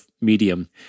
medium